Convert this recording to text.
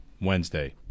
Wednesday